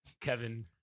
Kevin